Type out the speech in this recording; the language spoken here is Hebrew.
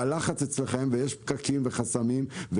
והלחץ אצלכם ופקקים וחסמים,